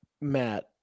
Matt